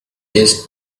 this